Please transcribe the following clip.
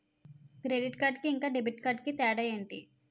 Credit card కి ఇంకా debit card కి తేడా ఏంటి?